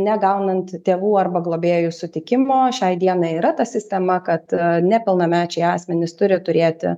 negaunant tėvų arba globėjų sutikimo šiai dienai yra ta sistema kad nepilnamečiai asmenys turi turėti